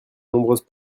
nombreuses